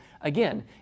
again